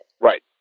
Right